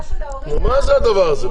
מה זה הדבר הזה?